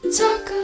talk